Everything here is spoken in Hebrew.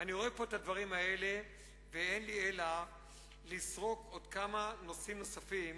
אני רואה פה את הדברים האלה ואין לי אלא לסרוק עוד כמה נושאים נוספים